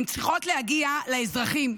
הן צריכות להגיע לאזרחים,